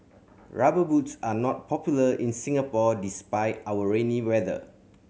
Rubber Boots are not popular in Singapore despite our rainy weather